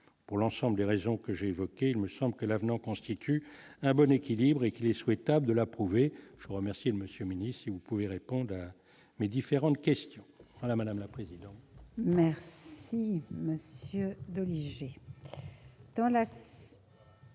pour l'ensemble des raisons que j'ai évoqué, il me semble que l'avenant constitue un bon équilibre et qu'il est souhaitable de l'approuver, je vous remercie Monsieur si vous pouvez répondre mais différentes questions voilà madame. Merci monsieur Doligé la.